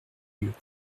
lieues